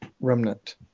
remnant